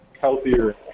healthier